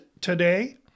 today